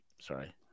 sorry